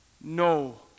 no